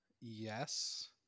yes